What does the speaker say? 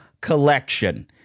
Collection